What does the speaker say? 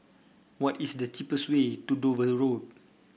what is the cheapest way to Dover Road